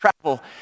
travel